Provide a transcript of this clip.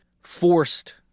forced